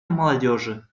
молодежи